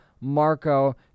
Marco